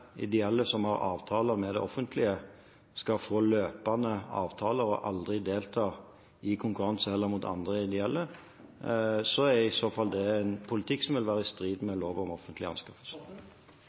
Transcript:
ideelle som har avtaler med det offentlige, skal få løpende avtaler og aldri delta i konkurranser, heller ikke mot andre ideelle, er det i så fall en politikk som vil være i strid med lov om